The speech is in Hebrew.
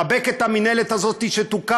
חבק את המינהלת הזאת שתוקם,